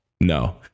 No